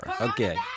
Okay